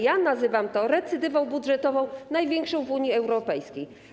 Ja nazywam to recydywą budżetową, największą w Unii Europejskiej.